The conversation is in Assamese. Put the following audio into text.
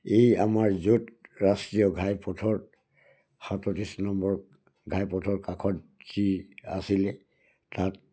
এই আমাৰ য'ত ৰাষ্ট্ৰীয় ঘাই পথৰ সাতত্ৰিছ নম্বৰ ঘাইপথৰ কাষত যি আছিলে তাত